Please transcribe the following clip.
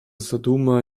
zaduma